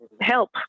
help